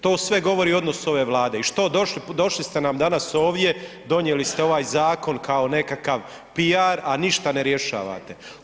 To sve govori o odnosu ove Vlade i što došli ste nam danas ovdje, donijeli ste ovaj zakon kao nekakav piar, a ništa ne rješavate.